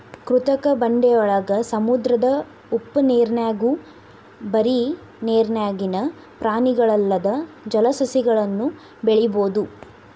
ಕೃತಕ ಬಂಡೆಯೊಳಗ, ಸಮುದ್ರದ ಉಪ್ಪನೇರ್ನ್ಯಾಗು ಬರಿ ನೇರಿನ್ಯಾಗಿನ ಪ್ರಾಣಿಗಲ್ಲದ ಜಲಸಸಿಗಳನ್ನು ಬೆಳಿಬೊದು